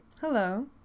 Hello